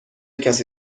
کسی